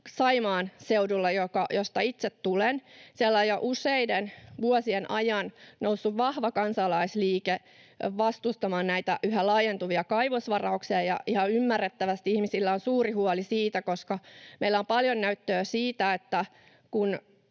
Saimaan seudulla, mistä itse tulen. Siellä on jo useiden vuosien ajan noussut vahva kansalaisliike vastustamaan yhä laajentuvia kaivosvarauksia, ja ihan ymmärrettävästi ihmisillä on suuri huoli niistä, koska meillä on paljon näyttöä siitä, että kun